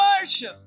worship